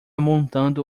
montando